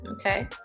Okay